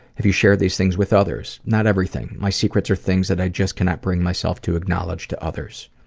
have you shared these things with others? not everything. my secrets are things that i just cannot bring myself to acknowledge to others.